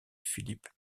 philippe